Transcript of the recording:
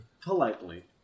politely